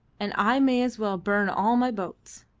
and i may as well burn all my boats.